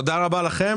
תודה רבה לכם.